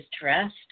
dressed